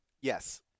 Yes